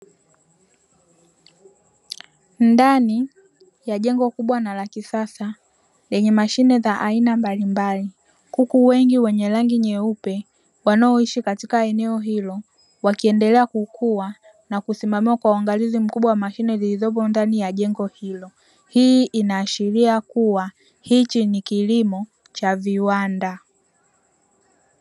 Ndani ya jengo kubwa na la kisasa lenye mashine za aina mbalimbali, kuku wengi wenye rangi nyeupe wanaoishi katika eneo hilo wakiendelea kukua na kusimamiwa kwa uangalizi mkubwa wa mashine zilizopo ndani ya jengo hilo. Hii inaashiria kuwa hichi ni kilimo cha viwanda.